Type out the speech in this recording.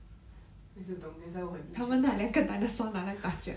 不懂 that's why 我很 interested